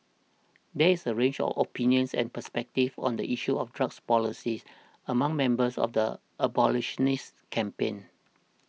there is a range of opinions and perspectives on the issue of drug policy among members of the abolitionist campaign